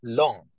long